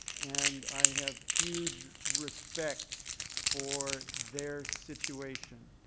and i have huge respect for their situation.